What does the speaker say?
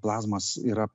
plazmos yra